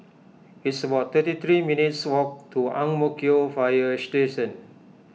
it's about thirty three minutes' walk to Ang Mo Kio Fire Station